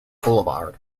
boulevard